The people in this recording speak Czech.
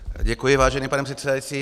Děkuji, vážený pane předsedající.